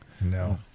No